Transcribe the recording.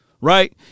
right